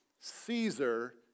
Caesar